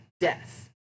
death